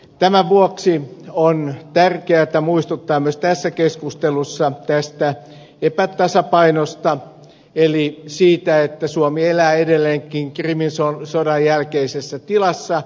tämän vuoksi on tärkeätä muistuttaa myös tässä keskustelussa tästä epätasapainosta eli siitä että suomi elää edelleenkin krimin sodan jälkeisessä tilassa